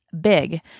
big